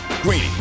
Greeny